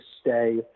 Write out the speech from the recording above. stay